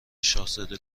شاهزاده